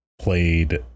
played